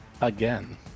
again